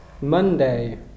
Monday